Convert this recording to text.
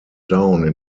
down